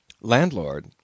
Landlord